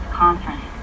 conference